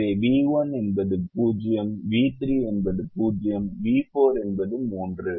எனவே v1 என்பது 0 v3 என்பது 0 v4 என்பது 3